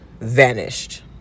vanished